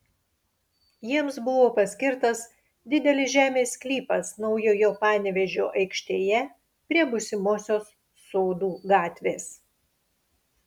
jiems buvo paskirtas didelis žemės sklypas naujojo panevėžio aikštėje prie būsimosios sodų gatvės